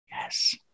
Yes